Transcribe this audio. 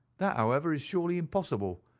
that however is surely impossible.